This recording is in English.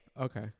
okay